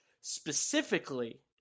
specifically